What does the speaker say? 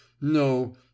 no